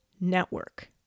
network